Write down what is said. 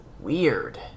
weird